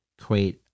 create